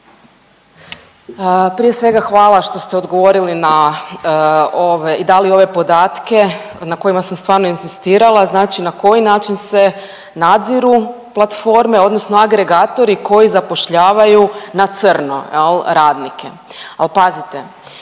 prije svega hvala što ste odgovorili i dali ove podatke na kojima sam stvarno inzistirala, znači na koji način se nadziru platforme odnosno agregatori koji zapošljavaju na crno radnike. Ali pazite,